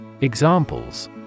Examples